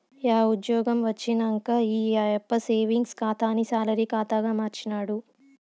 yeah ఉజ్జ్యోగం వచ్చినంక ఈ ఆయప్ప సేవింగ్స్ ఖాతాని సాలరీ కాతాగా మార్చినాడు